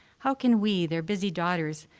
how can we, their busy daughters,